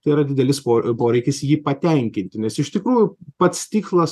tai yra didelis poreikis jį patenkinti nes iš tikrųjų pats tikslas